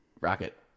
rocket